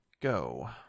go